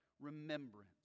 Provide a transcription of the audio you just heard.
Remembrance